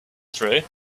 through